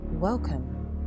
Welcome